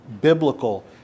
biblical